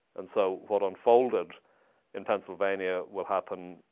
and so what unfolded in pennsylvania will happen,